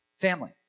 Family